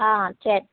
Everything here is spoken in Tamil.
ஆ சரி